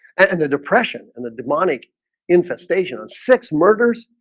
and the depression and the demonic infestation on six murders.